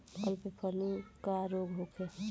Bird flu का रोग होखे?